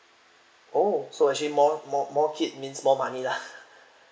oh so actually more more more kid means more money lah